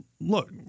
look